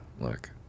look